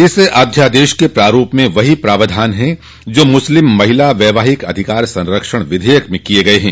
इस अध्यादेश के प्रारूप में वही प्रावधान हैं जो मुस्लिम महिला वैवाहिक अधिकार संरक्षण विधेयक में किये गये हैं